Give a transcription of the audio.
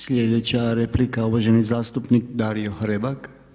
Sljedeća replika uvaženi zastupnik Dario Hrebak.